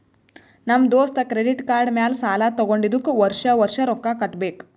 ನಮ್ ದೋಸ್ತ credit card ಮ್ಯಾಲ ಸಾಲಾ ತಗೊಂಡಿದುಕ್ ವರ್ಷ ವರ್ಷ ರೊಕ್ಕಾ ಕಟ್ಟಬೇಕ್